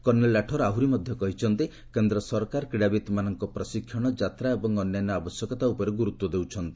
colonel Rathore କହିଛନ୍ତି କେନ୍ଦ୍ର ସରକାର କ୍ରୀଡ଼ାବିତ୍ମାନଙ୍କ ପ୍ରଶିକ୍ଷଣ ଯାତ୍ରା ଏବଂ ଆନ୍ୟାନ୍ୟ ଆବଶ୍ୟକତା ଉପରେ ଗ୍ରର୍ତ୍ୱ ଦେଉଛନ୍ତି